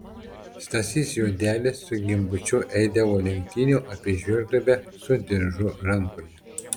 stasys juodelis su gimbučiu eidavo lenktynių apie žvyrduobę su diržu rankoje